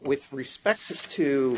with respect to